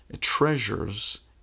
treasures